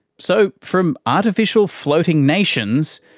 so from artificial floating nations,